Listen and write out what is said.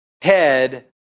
head